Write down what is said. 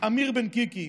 אמיר בן קיקי,